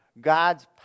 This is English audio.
God's